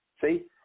See